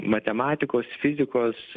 matematikos fizikos